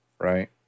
right